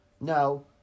No